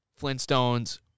Flintstones